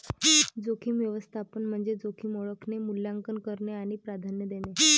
जोखीम व्यवस्थापन म्हणजे जोखीम ओळखणे, मूल्यांकन करणे आणि प्राधान्य देणे